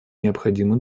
необходимо